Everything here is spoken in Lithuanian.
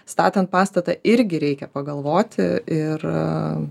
statant pastatą irgi reikia pagalvoti ir